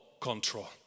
control